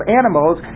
animals